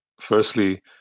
firstly